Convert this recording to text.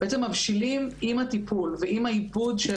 בעצם מבשילים עם הטיפול ועם העיבוד של